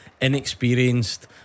inexperienced